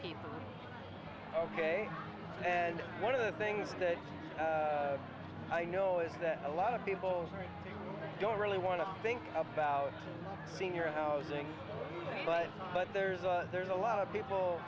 people ok and one of the things that i know is that a lot of people don't really want to think about senior housing but but there's a there's a lot of people